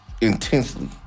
intensely